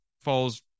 Falls